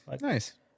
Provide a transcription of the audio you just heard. Nice